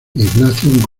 ignacio